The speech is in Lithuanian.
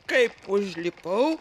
kaip užlipau